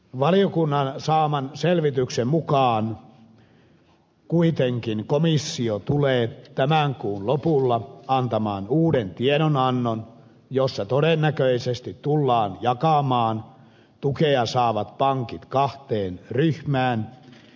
valiokunnan saaman selvityksen mukaan kuitenkin komissio tulee tämän kuun lopulla antamaan uuden tiedonannon jossa todennäköisesti tullaan jakamaan tukea saavat pankit kahteen ryhmään